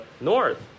north